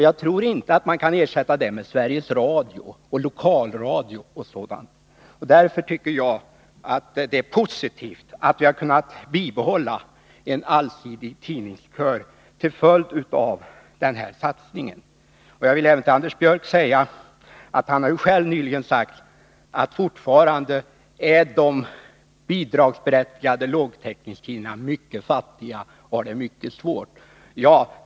Jag tror inte att man kan ersätta detta med Sveriges Radio, lokalradio och sådant. Därför tycker jag att det är positivt att vi har kunnat bibehålla en allsidig tidningskör, till följd av denna satsning. Anders Björck har ju själv nyligen sagt att de bidragsberättigade lågtäckningstidningarna fortfarande är mycket fattiga och har det mycket svårt.